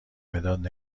مداد